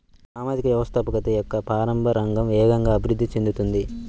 సామాజిక వ్యవస్థాపకత యొక్క ప్రారంభ రంగం వేగంగా అభివృద్ధి చెందుతోంది